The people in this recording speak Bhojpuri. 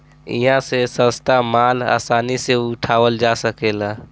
इहा से सस्ता माल आसानी से उठावल जा सकेला